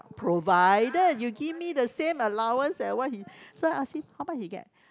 provided you give me the same allowance like what he so I ask him how much he get